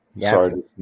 Sorry